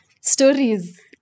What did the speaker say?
stories